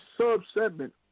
sub-segment